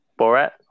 Borat